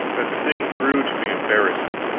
that the thing grew to be embarrassing.